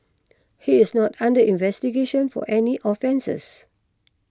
he is not under investigation for any offences